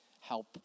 help